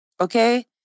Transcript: Okay